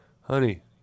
honey